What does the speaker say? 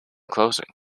closing